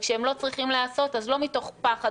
וכשהם לא צריכים להיעשות אז לא מתוך פחד